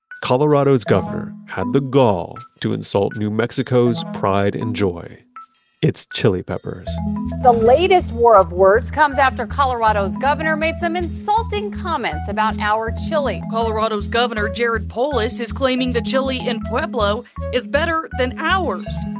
colorado's governor had the gall to insult new mexico's pride and joy, its chili peppers the latest war of words comes after colorado's governor made some insulting comments about our chili. colorado's governor, jared polis is claiming the chili in pueblo is better than ours.